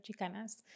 Chicanas